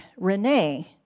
Renee